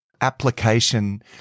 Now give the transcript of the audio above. application